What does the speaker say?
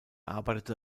arbeitete